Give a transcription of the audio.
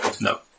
no